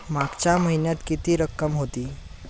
मागच्या महिन्यात किती रक्कम होती?